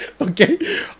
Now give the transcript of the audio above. okay